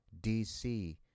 DC